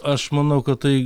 aš manau kad tai